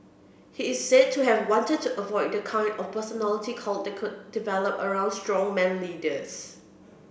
he is said to have wanted to avoid the kind of personality cult that could develop around strongman leaders